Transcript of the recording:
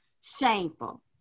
shameful